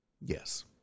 Yes